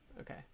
Okay